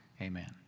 amen